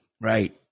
right